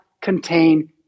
contain